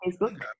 Facebook